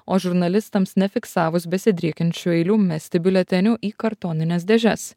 o žurnalistams nefiksavus besidriekiančių eilių mesti biuletenių į kartonines dėžes